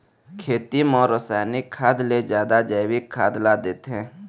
खेती म रसायनिक खाद ले जादा जैविक खाद ला देथे